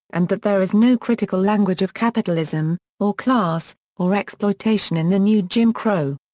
and that there is no critical language of capitalism or class or exploitation in the new jim crow.